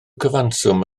cyfanswm